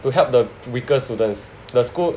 to help the weaker students the school